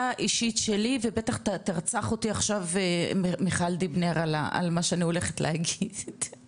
אישית שלי ובטח "תרצח" אותי עכשיו מיכל דיבנר על מה שאני הולכת להגיד,